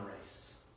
race